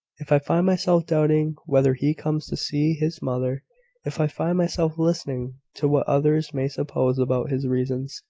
if i find myself doubting whether he comes to see his mother if i find myself listening to what others may suppose about his reasons.